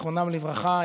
זיכרונם לברכה,